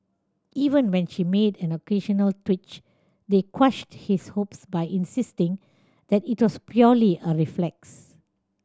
even when she made an occasional twitch they quashed his hopes by insisting that it was purely a reflex